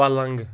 پَلنٛگ